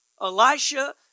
Elisha